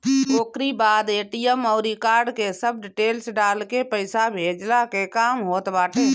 ओकरी बाद ए.टी.एम अउरी कार्ड के सब डिटेल्स डालके पईसा भेजला के काम होत बाटे